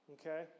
Okay